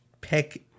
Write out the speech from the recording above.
pick